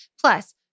Plus